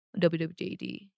WWJD